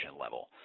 level